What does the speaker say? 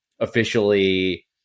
officially